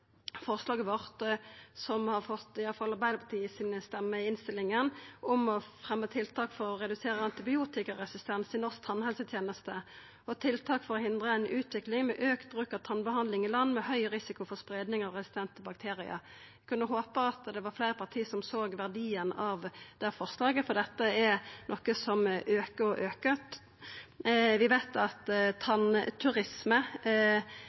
forslaget vårt, som iallfall har fått støtte frå Arbeidarpartiet i innstillinga, om å fremja tiltak for å redusera antibiotikaresistens i norsk tannhelseteneste og tiltak for å hindra ei utvikling med auka bruk av tannbehandling i land med høg risiko for spreiing av resistente bakteriar. Eg kunne håpa at det var fleire parti som såg verdien av det forslaget, for dette er noko som aukar og aukar. Vi veit at